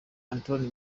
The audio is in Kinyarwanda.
anthony